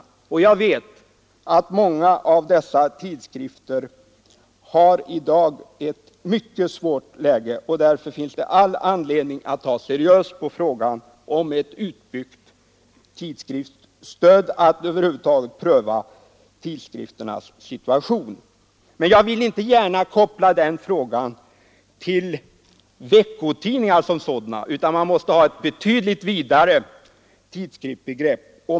Jag vet att många tidskrifter i dag har ett mycket svårt läge. Därför finns det all anledning att ta seriöst på frågan om ett utbyggt tidskriftsstöd, att över huvud taget pröva tidskrifternas situation. Men jag vill inte gärna koppla den frågan till frågan om veckotidningar som sådana. Man måste tillämpa ett betydligt vidare tidskriftsbegrepp.